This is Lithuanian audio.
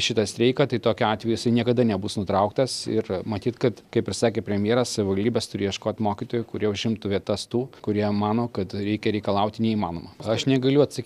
šitą streiką tai tokiu atveju jisai niekada nebus nutrauktas ir matyt kad kaip ir sakė premjeras savivaldybės turi ieškot mokytojų kurie užimtų vietas tų kurie mano kad reikia reikalauti neįmanomo aš negaliu atsakyt